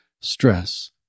stress